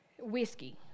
whiskey